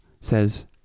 says